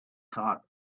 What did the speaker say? heart